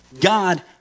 God